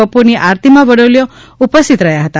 બપોરની આરતીમાં વડીલો ઉપસ્થિત રહ્યા હતા